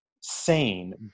sane